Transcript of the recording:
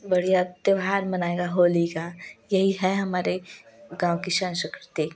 बढ़िया त्योहार मनाएगा होली का यही है हमारे गाँव की संस्कृति